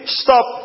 stop